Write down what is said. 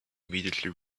immediately